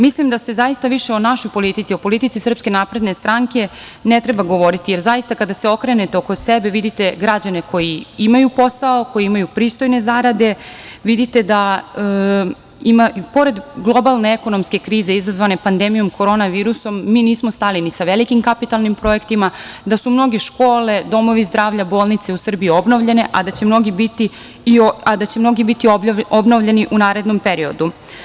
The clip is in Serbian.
Mislim da zaista više o našoj politici, o politici SNS ne treba govoriti, jer zaista, kada se okrenete oko sebe, vidite građane koji imaju posao, koji imaju pristojne zarade, vidite da pored globalne ekonomske krize izazvane pandemijom korona virusa, mi nismo stali ni sa velikim kapitalnim projektima, da su mnoge škole, domovi zdravlja, bolnice u Srbiji obnovljene, a da će mnoge biti obnovljene u narednom periodu.